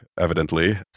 evidently